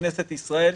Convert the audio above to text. כנסת ישראל,